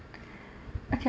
okay